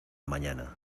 mañana